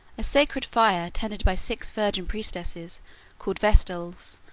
a sacred fire, tended by six virgin priestesses called vestals,